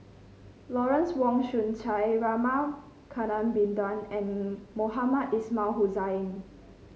Lawrence Wong Shyun Tsai Rama Kannabiran and Mohamed Ismail Hussain